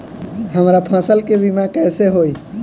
हमरा फसल के बीमा कैसे होई?